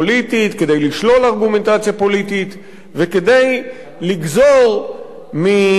כדי לשלול ארגומנטציה פוליטית, וכדי לגזור מטענות